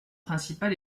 principal